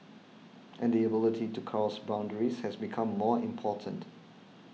and the ability to cross boundaries has become more important